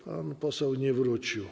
Pan poseł nie wrócił.